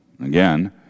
Again